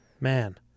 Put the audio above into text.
Man